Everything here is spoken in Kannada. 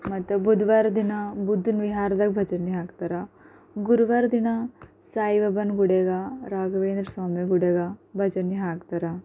ಮತ್ತು ಬುಧವಾರ ದಿನ ಬುದ್ಧನ ವಿಹಾರದಾಗ ಭಜನೆ ಹಾಕ್ತಾರೆ ಗುರುವಾರ ದಿನ ಸಾಯಿಬಾಬನ ಗುಡಿಯಾಗ ರಾಘವೇಂದ್ರ ಸ್ವಾಮಿ ಗುಡಿಯಾಗ ಭಜನೆ ಹಾಕ್ತಾರೆ